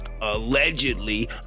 Allegedly